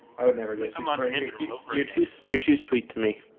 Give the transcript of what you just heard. i would never get come on our hand reaches. you're too sweet to me.